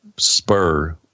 spur